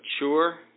mature